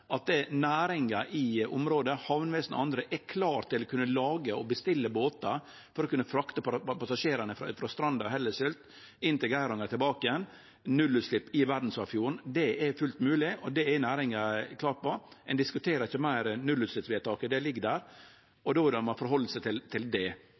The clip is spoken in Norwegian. til å lage og bestille båtar for å kunne frakte passasjerane frå Stranda og Hellesylt inn til Geiranger og tilbake. Nullutslepp i verdsarvfjorden er fullt mogleg, og det er næringa klar på. Ein diskuterer ikkje nullutsleppsvedtaket meir – det ligg der, og då må ein forhalde seg til det.